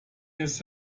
his